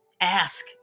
ask